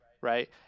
right